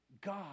God